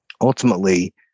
ultimately